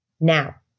Now